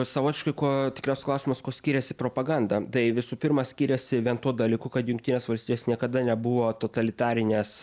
savotiškai kuo tikriausiai klausimas kuo skyrėsi propaganda tai visų pirma skyrėsi vien tuo dalyku kad jungtinės valstijos niekada nebuvo totalitarinės